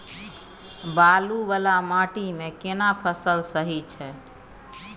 बालू वाला माटी मे केना फसल सही छै?